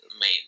main